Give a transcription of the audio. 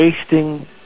wasting